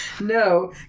No